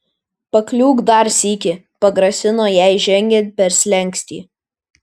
pakliūk dar sykį pagrasino jai žengiant per slenkstį